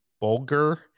Bulger